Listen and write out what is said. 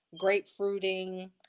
Grapefruiting